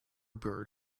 bird